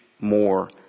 more